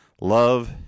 love